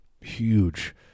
huge